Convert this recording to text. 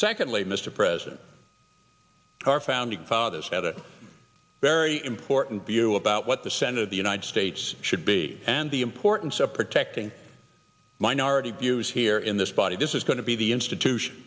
secondly mr president our founding fathers had a very important view about what the sense of the united states should be and the importance of protecting minority views here in this body this is going to be the institution